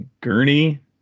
gurney